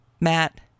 Matt